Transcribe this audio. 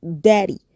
daddy